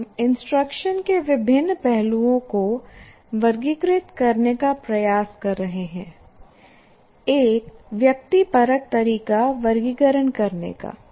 हम इंस्ट्रक्शन के विभिन्न पहलुओं को वर्गीकृत करने का प्रयास कर रहे हैं एक व्यक्तिपरक तरीका वर्गीकरण करने का